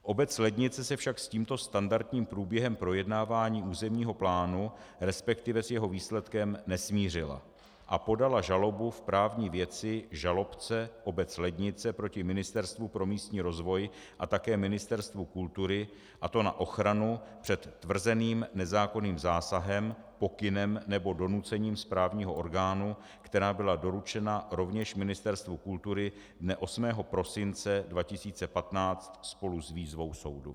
Obec Lednice se však s tímto standardním průběhem projednávání územního plánu, resp. s jeho výsledkem nesmířila a podala žalobu v právní věci žalobce Obec Lednice proti Ministerstvu pro místní rozvoj a také Ministerstvu kultury, a to na ochranu před tvrzeným nezákonným zákazem, pokynem nebo donucením správního orgánu, která byla doručena rovněž Ministerstvu kultury dne 8. prosince 2015 spolu s výzvou soudu.